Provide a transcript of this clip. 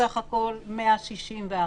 בסך הכול 164,